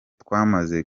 twamaze